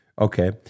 Okay